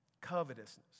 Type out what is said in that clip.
Covetousness